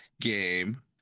game